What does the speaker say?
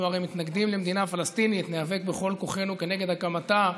אנחנו הרי מתנגדים למדינה פלסטינית וניאבק בכל כוחנו כנגד הקמתה.